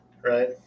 right